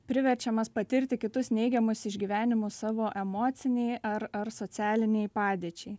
priverčiamas patirti kitus neigiamus išgyvenimus savo emocinei ar ar socialinei padėčiai